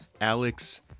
Alex